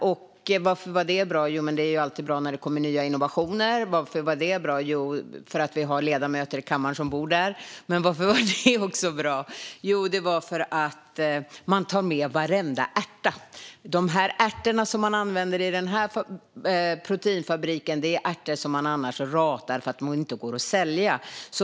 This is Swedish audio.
Varför var det bra? Jo, det är alltid bra när det kommer nya innovationer. Varför var det bra? Jo, för att vi har ledamöter i kammaren som bor där. Varför var det också bra? Jo, för att man tar med varenda ärta. De ärtor som man använder i proteinfabriken är ärtor som man annars ratar för att de inte går att sälja.